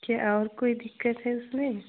क्या और कोई दिक्कत है उसमें